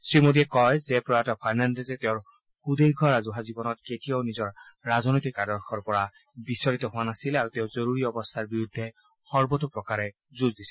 শ্ৰীমোদীয়ে কয় যে প্ৰয়াত ফাৰ্ণাণ্ডেজে তেওঁৰ সুদীৰ্ঘ ৰাজহুৱা জীৱনত কেতিয়াও নিজৰ ৰাজনৈতিক আদৰ্শৰ পৰা বিচলিত হোৱা নাছিল আৰু তেওঁ জৰুৰী অৱস্থাৰ বিৰুদ্ধে সৰ্বতো প্ৰকাৰে যুঁজ দিছিল